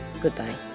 goodbye